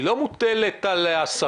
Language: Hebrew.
היא לא מוטלת על השרים,